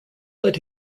led